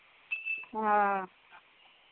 हँ